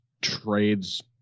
trades